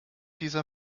dieser